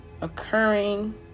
Occurring